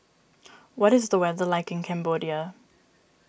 what is the weather like in Cambodia